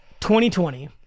2020